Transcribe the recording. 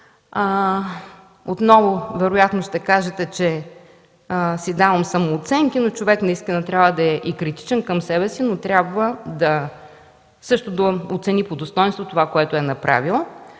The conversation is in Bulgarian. Отново вероятно ще кажете, че си давам самооценки, но човек наистина трябва да е и критичен към себе си, но трябва също да оцени по достойнство това, което е направил.